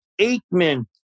Aikman